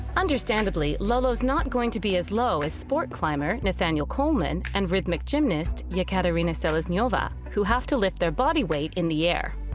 understandably, lolo's not going to be as low as sport climber, nathaniel coleman and rhythmic gymnast, yeah ekaterina selezneva, who have to lift their body weight in the air.